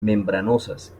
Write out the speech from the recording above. membranosas